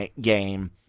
game